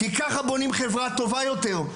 כי ככה בונים חברה טובה יותר,